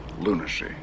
lunacy